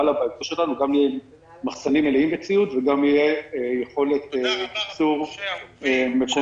יהיו מחסנים מלאים בציוד וגם תהיה יכולת ייצור מקומית.